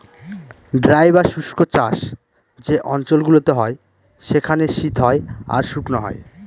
dry বা শুস্ক চাষ যে অঞ্চল গুলোতে হয় সেখানে শীত হয় আর শুকনো হয়